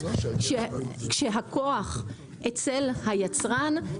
כשהכוח אצל היצרן,